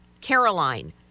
Caroline